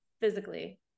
physically